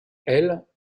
elles